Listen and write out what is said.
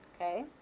okay